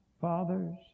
father's